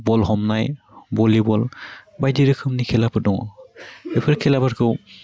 बल हमनाय बलिबल बायदि रोखोमनि खेलाफोर दं बेफोर खेलाफोरखौ